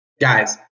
guys